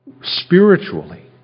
spiritually